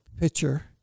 picture